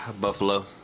Buffalo